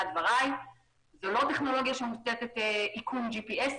זו לא טכנולוגיה שמושתת על איכון ג'י.פי.אס